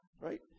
Right